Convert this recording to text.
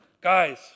Guys